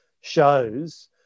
shows